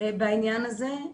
בעניין הזה.